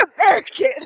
American